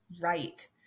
right